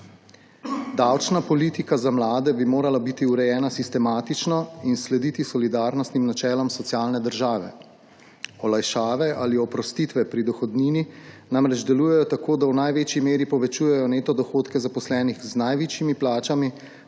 Davčna politika za mlade bi morala biti urejena sistematično in slediti solidarnostnim načelom socialne države. Olajšave ali oprostitve pri dohodnini namreč delujejo tako, da v največji meri povečujejo neto dohodke zaposlenih z najvišjimi plačami,